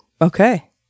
okay